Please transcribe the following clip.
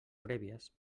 prèvies